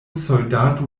soldato